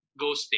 ghosting